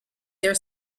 their